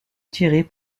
tirées